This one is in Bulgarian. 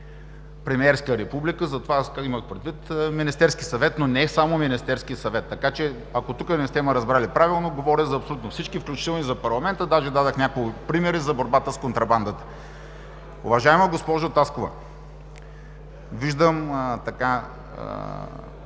премиерска република. Имах предвид Министерския съвет, но не е само Министерският съвет. Ако не сте ме разбрали правилно, говоря абсолютно за всички, включително и за парламента дори дадох примери за борбата с контрабандата. Уважаема госпожо Таскова, виждам,